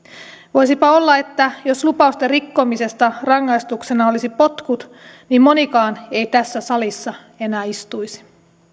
voisipa olla että jos lupausten rikkomisesta rangaistuksena olisi potkut niin monikaan ei tässä salissa enää istuisi